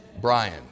Brian